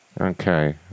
Okay